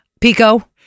Pico